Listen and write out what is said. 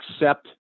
accept